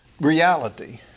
reality